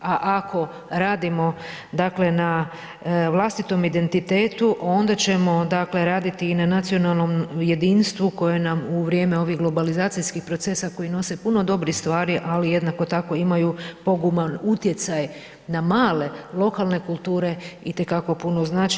A ako radimo na vlastitom identitetu onda ćemo dakle raditi i na nacionalnom jedinstvu koje nam u vrijeme ovih globalizacijskih procesa koji nose puno dobrih stvari ali jednako tako imaju poguban utjecaj na male lokalne kulture itekako puno znači.